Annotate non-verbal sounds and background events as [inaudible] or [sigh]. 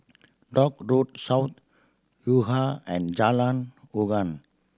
Dock Road South Yuhua and Jalan [unintelligible]